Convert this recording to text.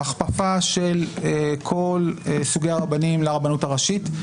ההכפפה של כל סוגי הרבנים לרבנות הראשית.